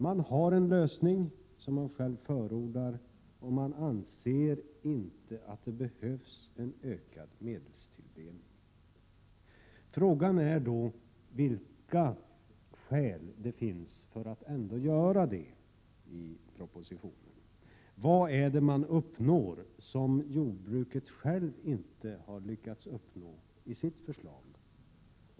Man har en lösning som man själv förordar, och man anser inte att det behövs en ökad medelstilldelning. Frågan är då vilka skäl det finns för att i propositionen ändå föreslå en ökning. Vad är det man uppnår som jordbruket självt inte har lyckats uppnå i sitt förslag?